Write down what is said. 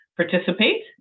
Participate